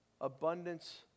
abundance